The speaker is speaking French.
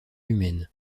humaines